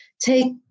take